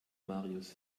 marius